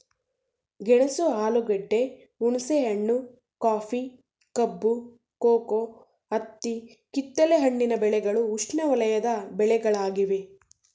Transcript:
ಗೆಣಸು ಆಲೂಗೆಡ್ಡೆ, ಹುಣಸೆಹಣ್ಣು, ಕಾಫಿ, ಕಬ್ಬು, ಕೋಕೋ, ಹತ್ತಿ ಕಿತ್ತಲೆ ಹಣ್ಣಿನ ಬೆಳೆಗಳು ಉಷ್ಣವಲಯದ ಬೆಳೆಗಳಾಗಿವೆ